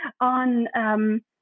on